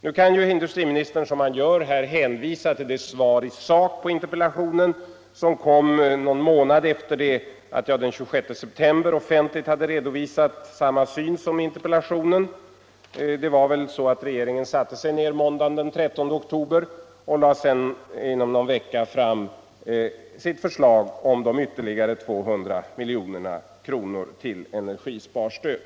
Nu kan naturligtvis industriministern, som han gör här, hänvisa till det svar i sak på interpellationen som lämnades någon månad efter det att jag den 26 september offentligt hade redovisat samma syn som i interpellationen; regeringen satte sig väl ner måndagen den 29 september för att behandla den och lade sedan efter någon vecka fram sitt förslag om ytterligare 200 milj.kr. i energisparstöd.